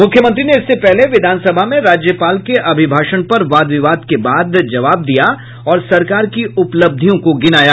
मुख्यमंत्री ने इससे पहले विधानसभा में राज्यपाल के अभिभाषण पर वाद विवाद के बाद जवाब दिया और सरकार की उपलब्धियों को गिनाया